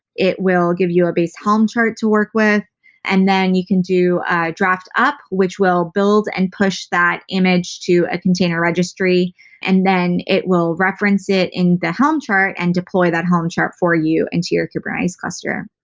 it will give you a base helm chart to work with and then you can do a draft up, which will build and push that image to a container registry and then it will reference it in the helm chart and deploy that helm chart for you into your kubernetes cluster,